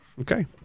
Okay